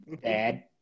Dad